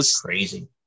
crazy